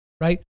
right